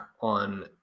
on